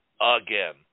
again